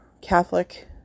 Catholic